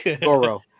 Goro